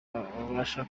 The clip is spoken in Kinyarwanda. babasha